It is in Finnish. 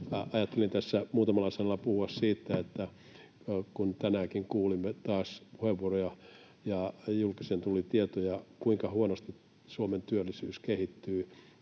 Ajattelin tässä muutamalla sanalla puhua siitä, kun tänäänkin kuulimme taas puheenvuoroja ja julkisuuteen tuli tietoja, kuinka huonosti Suomen työllisyys kehittyy,